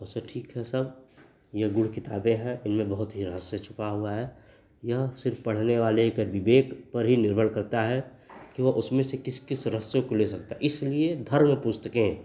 अच्छा ठीक है सब यह गूढ़ किताबें हैं इनमें बहुत ही रहस्य छुपा हुआ है यह सिर्फ़ पढ़ने वाले के विवेक पर ही निर्भर करता है कि वह उसमें से किस किस रहस्यों को ले सकता है इसलिए धर्म पुस्तकें